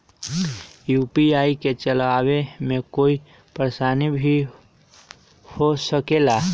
UPI के चलावे मे कोई परेशानी भी हो सकेला?